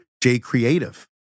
J-Creative